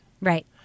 right